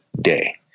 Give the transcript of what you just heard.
day